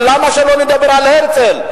אבל למה שלא נדבר על הרצל?